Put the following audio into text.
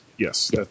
Yes